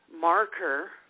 marker